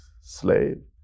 slave